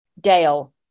Dale